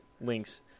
link's